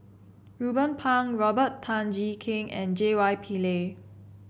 Ruben Pang Robert Tan Jee Keng and J Y Pillay